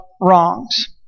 wrongs